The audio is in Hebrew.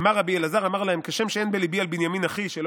"אמר רבי אלעזר: אמר להם כשם שאין בליבי על בנימין אחי שלא